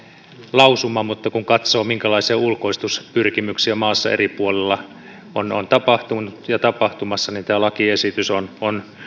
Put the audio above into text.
lausuma mutta kun katsoo minkälaisia ulkoistuspyrkimyksiä maassa eri puolilla on on tapahtunut ja tapahtumassa niin tämä lakiesitys on on